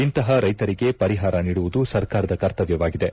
ಇಂತಪ ರೈತರಿಗೆ ಪರಿಹಾರ ನೀಡುವುದು ಸರ್ಕಾರದ ಕರ್ತವ್ಯವಾಗಿದೆ